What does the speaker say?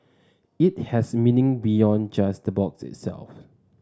it has meaning beyond just the box itself